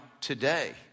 today